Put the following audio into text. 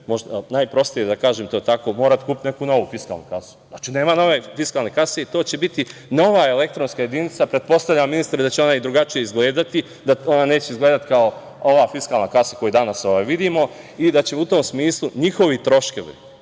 najprostije da kažem to tako, morati kupiti neku novu fiskalnu kasu. Znači, nema nove fiskalne kase, to će biti nova elektronska jedinica. Pretpostavljam, ministre, da će ona i drugačije izgledati, da neće izgledati kao ova fiskalna kasa koju danas vidimo i da će u tom smislu njihovi troškovi